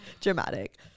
dramatic